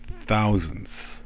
thousands